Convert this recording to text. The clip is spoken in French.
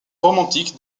romantique